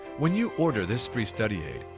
when you order this free study aid,